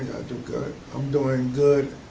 do good. i'm doing good